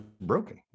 broken